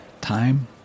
time